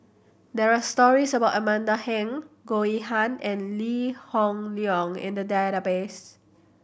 there are stories about Amanda Heng Goh Yihan and Lee Hoon Leong in the database